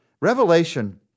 Revelation